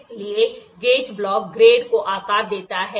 इसलिए gauge block grade को आकार देता है